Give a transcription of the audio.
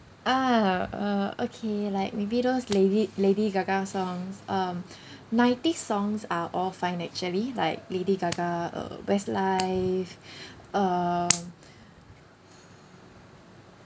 ah uh okay like maybe those lady lady gaga songs um nineties songs are all fine actually like lady gaga uh westlife uh